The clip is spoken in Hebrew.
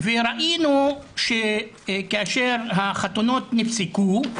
ראינו שכאשר החתונות נפסקו,